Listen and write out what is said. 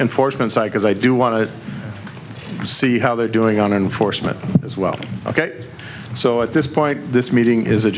enforcement side because i do want to see how they're doing on enforcement as well ok so at this point this meeting is a